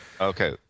Okay